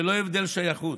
ללא הבדל שייכות.